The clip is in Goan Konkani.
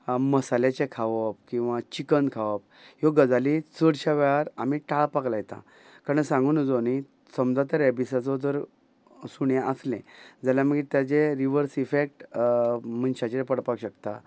मसाल्याचे खावप किंवां चिकन खावप ह्यो गजाली चडश्या वेळार आमी टाळपाक लायता कारण सांगू नजो न्ही समजा जर रॅबिजाचो जर सुणें आसलें जाल्यार मागीर तेजे रिवर्स इफॅक्ट मनशाचेर पडपाक शकता